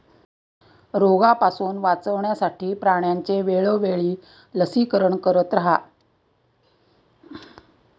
रोगापासून वाचवण्यासाठी प्राण्यांचे वेळोवेळी लसीकरण करत रहा